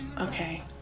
Okay